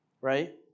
Right